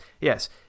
Yes